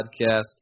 podcast